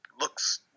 looks